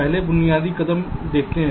पहले बुनियादी कदम देखते हैं